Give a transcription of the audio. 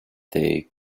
they